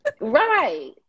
right